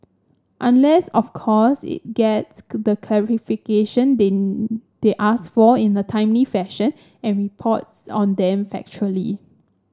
unless of course it gets the they ask for in a timely fashion and reports on them factually